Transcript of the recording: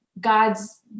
God's